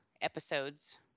episodes